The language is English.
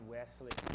Wesley